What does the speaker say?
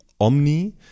omni